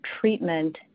treatment